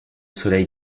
soleil